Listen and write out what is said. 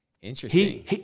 Interesting